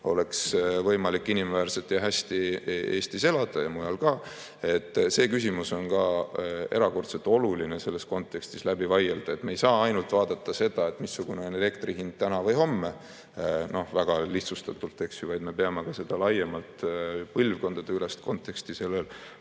oleks võimalik inimväärselt ja hästi elada Eestis ja mujal ka – see küsimus on ka erakordselt oluline selles kontekstis läbi vaielda. Me ei saa ainult vaadata seda, missugune on elektri hind täna või homme – väga lihtsustatult, eks –, vaid me peame ka laiemat põlvkondadeülest konteksti sel puhul